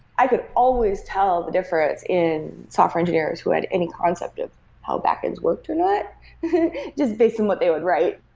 i could always tell the difference in software engineers who had any concept of how backends worked or not just based on what they would write.